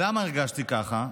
למה הרגשתי כך?